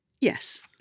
Yes